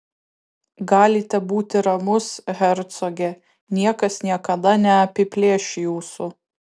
galite būti ramus hercoge niekas niekada neapiplėš jūsų